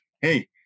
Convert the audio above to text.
hey